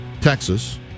Texas